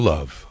Love